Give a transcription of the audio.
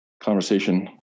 conversation